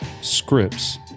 scripts